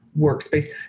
workspace